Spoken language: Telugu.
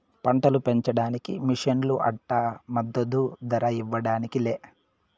పంటలు పెంచడానికి మిషన్లు అంట మద్దదు ధర ఇవ్వడానికి లే